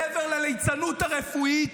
מעבר לליצנות הרפואית,